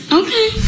okay